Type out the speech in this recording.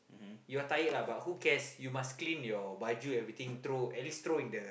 you are tired lah but who cares you must clean your baju everything throw at least throw in the